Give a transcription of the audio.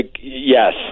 yes